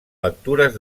lectures